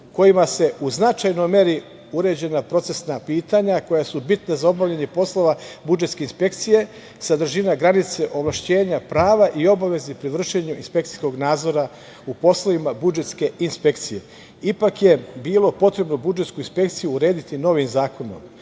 kojima su u značajnoj meri uređena procesna pitanja koja su bitna za obavljanje poslova budžetske inspekcije, sadržina, granice, ovlašćenja, prava i obaveze pri vršenju inspekcijskog nadzora u poslovima budžetske inspekcije. Ipak je bilo potrebno budžetsku inspekciju urediti novim zakonom,